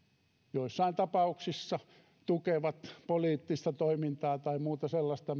joissain tapauksissa tukevat poliittista toimintaa tai muuta sellaista